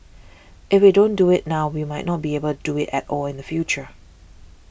if we don't do it now we might not be able do it at all in the future